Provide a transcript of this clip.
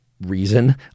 reason